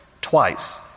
twice